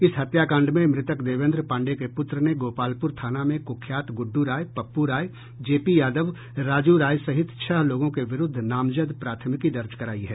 इस हत्याकांड में मृतक देवेन्द्र पांडेय के पुत्र ने गोपालपुर थाना में कुख्यात गुड्ड राय पप्पू राय जेपी यादव राजू राय सहित छह लोगों के विरुद्ध नामजद प्राथमिकी दर्ज कराई है